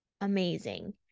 amazing